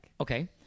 Okay